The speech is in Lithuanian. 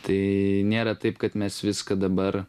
tai nėra taip kad mes viską dabar